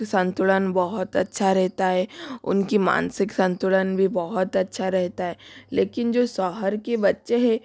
संतुलन बहुत अच्छा रहता है उनका मानसिक संतुलन भी बहुत अच्छा रहता है लेकिन जो शहर के बच्चे हैं